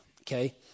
okay